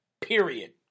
Period